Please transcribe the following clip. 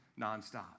nonstop